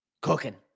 cooking